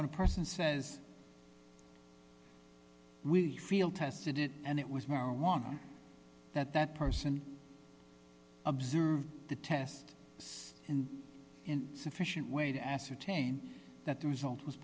one person says we feel tested it and it was more along that that person observed the test and in sufficient way to ascertain that the result was